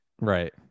Right